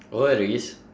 worries